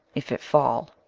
if it fall,